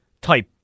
type